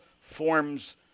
forms